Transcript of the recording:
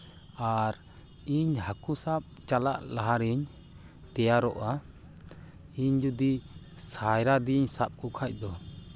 ᱟᱨ ᱤᱧ ᱦᱟᱹᱠᱩ ᱥᱟᱵ ᱪᱟᱞᱟᱜ ᱞᱟᱦᱟ ᱨᱤᱧ ᱛᱮᱭᱟᱨᱚᱜᱼᱟ ᱤᱧ ᱡᱩᱫᱤ ᱥᱟᱭᱨᱟ ᱫᱤᱭᱮᱧ ᱥᱟᱵ ᱠᱚᱠᱷᱟᱱ ᱫᱚ